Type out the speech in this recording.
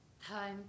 Hi